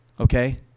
Okay